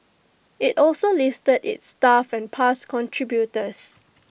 IT also listed its staff and past contributors